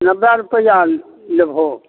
नब्बे रुपैआ लेबहो